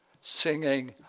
singing